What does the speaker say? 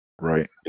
Right